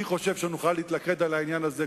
אני חושב שנוכל להתלכד על העניין הזה,